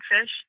fish